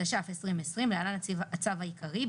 התש"ף 2020 (להלן- הצו העיקרי),